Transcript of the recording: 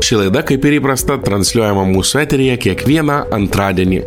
ši laida kaip ir įprasta transliuojama mūsų eteryje kiekvieną antradienį